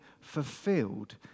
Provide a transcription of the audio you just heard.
fulfilled